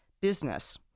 business